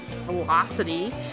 velocity